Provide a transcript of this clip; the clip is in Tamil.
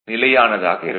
நிலையானதாக இருக்கும்